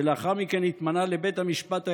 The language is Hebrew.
שלאחר מכן התמנה לבית המשפט העליון,